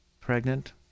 pregnant